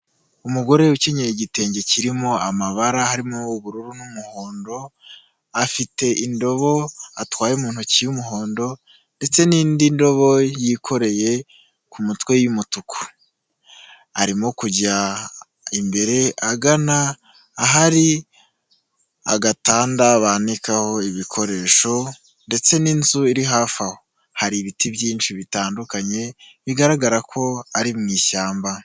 Umugore ukenyeye igitenge kirimo amabara harimo ubururu n'umuhondo afite indobo atwaye mu ntoki y'umuhondo ndetse n'indi ndobo yikoreye ku mutwe y'umutuku arimo kujya imbere agana ahari agatanda bananikaho ibikoresho ndetse n'inzu iri hafi aho ,hari ibiti byinshi bitandukanye bigaragara ko ari mu ishyamba.